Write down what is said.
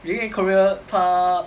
因为 korea 他